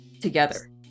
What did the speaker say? together